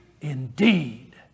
indeed